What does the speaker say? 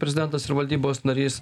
prezidentas ir valdybos narys